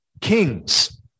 Kings